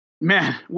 man